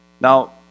Now